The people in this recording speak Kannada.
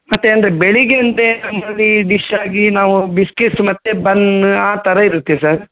ಮತ್ತೆ ಅಂದರೆ ಬೆಳಿಗ್ಗೆ ಅಂದರೆ ನಮ್ಮಲ್ಲಿ ಡಿಶ್ ಆಗಿ ನಾವು ಬಿಸ್ಕೆಟ್ಸ್ ಮತ್ತೆ ಬನ್ ಆ ಥರ ಇರುತ್ತೆ ಸರ್